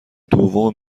دوم